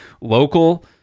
local